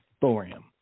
thorium